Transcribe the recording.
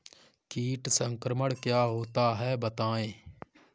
कीट संक्रमण क्या होता है बताएँ?